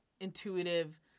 intuitive